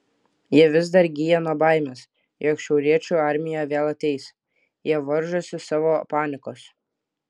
jie vis dar gyja nuo baimės jog šiauriečių armija vėl ateis jie varžosi savo panikos